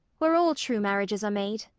where all true marriages are made.